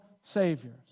saviors